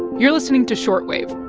you're listening to short wave